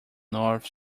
north